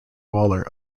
waller